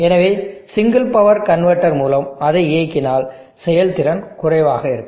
எனவே single power converter மூலம் அதை இயக்கினால் செயல்திறன் குறைவாக இருக்கும்